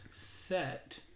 set